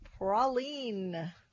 praline